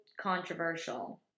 controversial